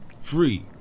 Free